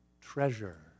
treasure